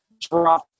drop